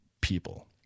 people